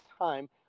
time